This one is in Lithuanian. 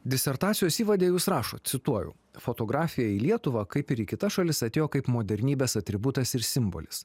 disertacijos įvade jūs rašot cituoju fotografija į lietuvą kaip ir į kitas šalis atėjo kaip modernybės atributas ir simbolis